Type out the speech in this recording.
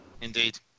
Indeed